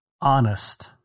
honest